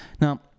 Now